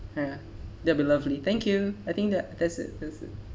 ya that'll be lovely thank you I think that that's it that's it